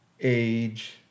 age